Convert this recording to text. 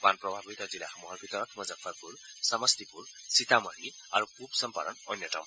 বান প্ৰভাৱিত জিলাসমূহৰ ভিতৰত মুজফ্ফৰপুৰ সমষ্টিপুৰ সীতামঢ়ী আৰু পুৰ চম্পাৰন অন্যতম